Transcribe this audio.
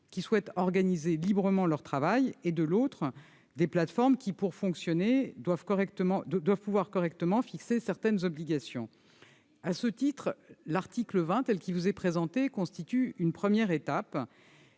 qui souhaitent organiser librement leur travail, et aux attentes des plateformes, qui, pour fonctionner, doivent pouvoir correctement fixer certaines obligations. À ce titre, l'article 20, tel qu'il vous est présenté, constitue une première étape.